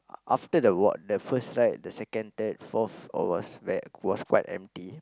after the ward the first right the second third fourth or was was quite empty